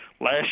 Last